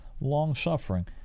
long-suffering